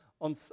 on